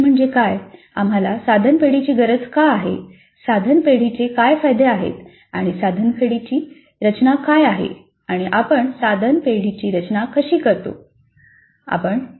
साधन पेढी म्हणजे काय आम्हाला साधन पेढीची गरज का आहे साधन पेढीचे काय फायदे आहेत आणि साधन पेढीची रचना काय आहे आणि आपण साधन पेढीची रचना कशी करतो